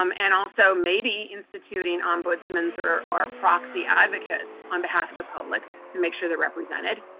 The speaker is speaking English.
um and also, maybe, instituting ombudsmen or a proxy advocates on behalf of the public to make sure they're represented.